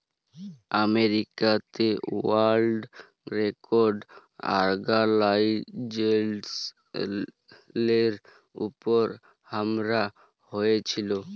আমেরিকাতে world trade অর্গালাইজেশলের উপর হামলা হঁয়েছিল